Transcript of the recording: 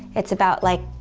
it's about like